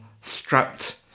strapped